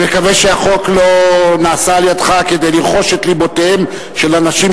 אני מקווה שהחוק לא נעשה על-ידיך כדי לרכוש את לבותיהם של אנשים